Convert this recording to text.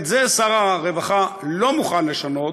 את זה שר הרווחה לא מוכן לשנות,